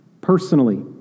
personally